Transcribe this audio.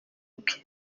ubwe